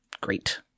great